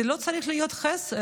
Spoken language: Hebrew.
זה לא צריך להיות חיסרון,